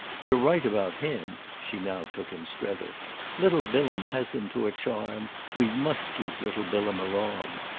you're right about him she now took in strether little bilham has them to a charm, we must keep little bilham along.